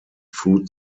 foot